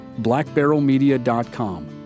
blackbarrelmedia.com